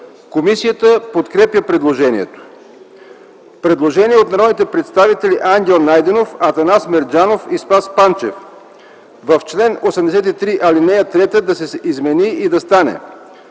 Комисията подкрепя предложението. Предложение от народните представители Ангел Найденов, Атанас Мерджанов и Спас Панчев: „В чл. 83 ал. 3 да се измени и да стане: